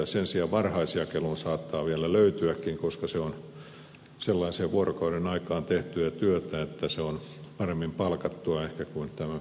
sen sijaan varhaisjakeluun saattaa vielä löytyäkin koska se on sellaiseen vuorokauden aikaan tehtyä työtä että se on paremmin palkattua ehkä kuin tämä normaali postinkanto